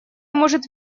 может